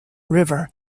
river